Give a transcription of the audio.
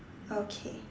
okay